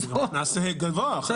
זה גם קנס גבוה,